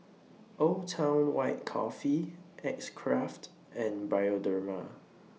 Old Town White Coffee X Craft and Bioderma